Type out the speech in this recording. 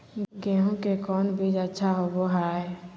गेंहू के कौन बीज अच्छा होबो हाय?